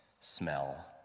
smell